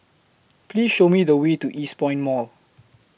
Please Show Me The Way to Eastpoint Mall